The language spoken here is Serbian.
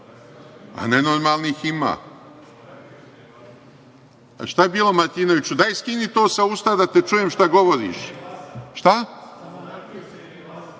A nenormalnih ima. Šta je bilo, Martinoviću? Daj skini to sa usta, da te čujem šta govoriš.(Aleksandar